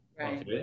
Right